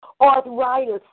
arthritis